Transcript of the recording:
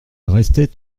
restait